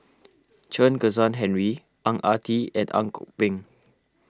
Chen Kezhan Henri Ang Ah Tee and Ang Kok Peng